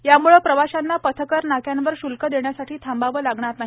यामुळं प्रवाशांना पथकर नाक्यांवर शुल्क देण्यासाठी थांबावं लागणार नाही